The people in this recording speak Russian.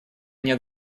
нет